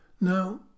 Now